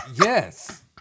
Yes